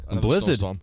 Blizzard